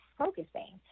focusing